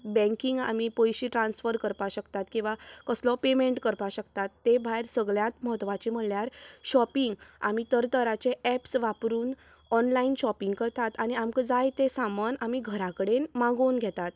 बँकीन आमी पयशें ट्रान्स्फर करपाक शकतात किंवां कसलो पेमेंट करपाक शकतात तें भायर सगल्यांत म्हत्वाचें म्हणल्यार शॉपींग आमी तरतराचें एप्स वापरून ऑनलायन शॉपींग करतात आनी आमकां जाय तें सामन आमी घरा कडेन मागोवन घेतात